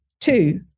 Two